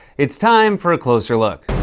it's time for a closer look.